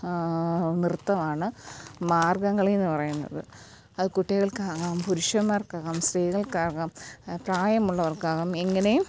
നൃത്തമാണ് മാർഗംകളി എന്ന് പറയുന്നത് അത് കുട്ടികൾക്കാകാം പുരുഷന്മാർക്കാകാം സ്ത്രീകൾക്കാകാം പ്രായമുള്ളവർക്കാകാം എങ്ങനെയും